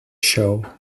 show